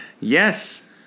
Yes